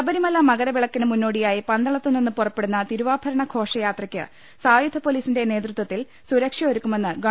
ശബരിമല മകരവിളക്കിന് മുന്നോടിയായി പന്തളത്തു നിന്ന് പുറ പ്പെടുന്ന തിരുവാഭ്രണ് ഘോഷയാത്രക്ക് സായുധ പൊലീസിന്റെ നേതൃത്വത്തിൽ സുരക്ഷ ഒരുക്കുമെന്ന് ഗവ